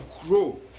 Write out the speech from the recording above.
grow